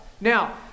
Now